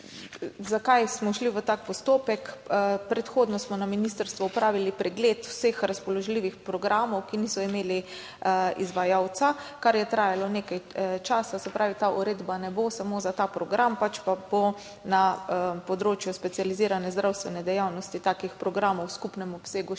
Zakaj smo šli v tak postopek? Predhodno smo na ministrstvu opravili pregled vseh razpoložljivih programov, ki niso imeli izvajalca, kar je trajalo nekaj časa. Se pravi, ta uredba ne bo samo za ta program, pač pa bo na področju specializirane zdravstvene dejavnosti takih programov v skupnem obsegu 6,2